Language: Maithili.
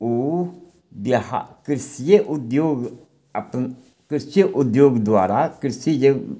उ बिहार कृषिये उद्योग आब तऽ कृषिए उद्योग द्वारा कृषि जे